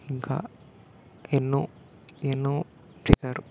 ఇంకా ఎన్నో ఎన్నో చేశారు